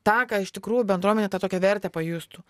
tą ką iš tikrųjų bendruomenė tą tokią vertę pajustų